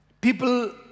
people